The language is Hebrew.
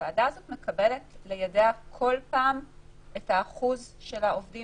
והוועדה הזאת מקבלת לידיה כל פעם את האחוז של העובדים